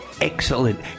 excellent